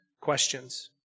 questions